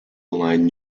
align